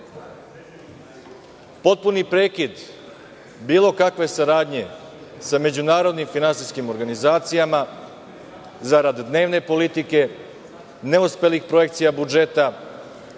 Potpuni prekid bilo kakve saradnje sa međunarodnim finansijskim organizacijama zarad dnevne politike, neuspelih projekcija budžeta